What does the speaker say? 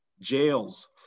jails